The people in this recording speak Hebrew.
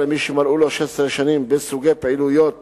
למי שמלאו לו 16 שנים בסוגי פעילויות